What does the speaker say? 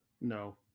No